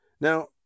Now